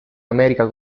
america